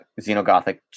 Xenogothic